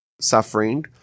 suffering